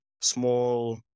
small